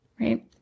right